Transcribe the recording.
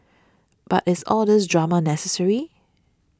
but is all these drama necessary